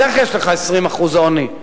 אז איך יש לך 20% עוני.